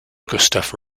gustaf